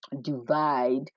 divide